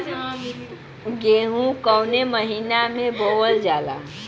गेहूँ कवने महीना में बोवल जाला?